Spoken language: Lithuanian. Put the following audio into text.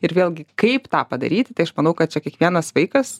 ir vėlgi kaip tą padaryti tai aš manau kad čia kiekvienas vaikas